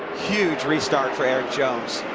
huge restart for erik jones.